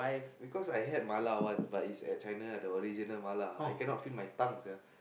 because I had mala once but it's at China the original mala I cannot feel my tongue sia